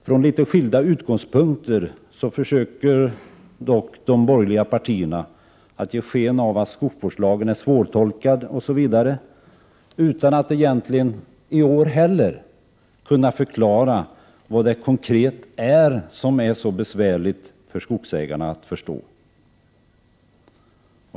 Från litet skilda utgångspunkter försöker dock de borgerliga partierna ge sken av att skogsvårdslagen är svårtolkad osv., utan att de egentligen kan förklara vad det är konkret som är så besvärligt för skogsägarna att förstå.